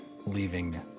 leaving